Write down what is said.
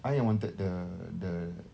I wanted the the